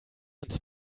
uns